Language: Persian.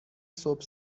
صبح